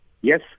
Yes